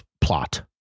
plot